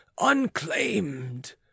unclaimed